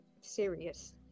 serious